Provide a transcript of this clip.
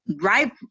right